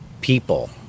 people